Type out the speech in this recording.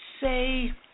say